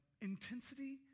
intensity